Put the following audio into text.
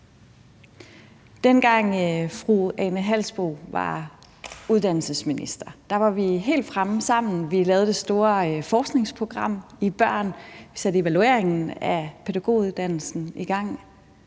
var uddannelses- og forskningsminister, var vi helt fremme sammen. Vi lavede det store forskningsprogram med forskning i børn. Vi satte evalueringen af pædagoguddannelsen i gang,